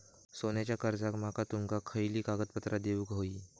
सोन्याच्या कर्जाक माका तुमका खयली कागदपत्रा देऊक व्हयी?